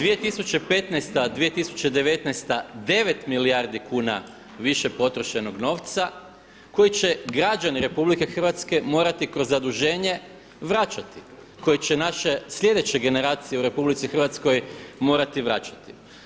2015.-2019. 9 milijardi kuna više potrošenog novca koji će građani RH morati kroz zaduženje vraćati, koji će naše sljedeće generacije u RH morati vraćati.